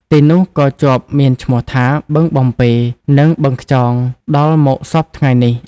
ទីនោះក៏ជាប់មានឈ្មោះថា បឹងបំពេ និង បឹងខ្យង ដល់មកសព្វថ្ងៃនេះ ។